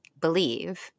believe